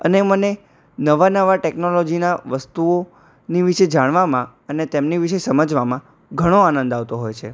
અને મને નવા નવા ટેક્નોલોજીનાં વસ્તુઓની વિશે જાણવામાં અને તેમની વિશે સમજવામાં ઘણો આનંદ આવતો હોય છે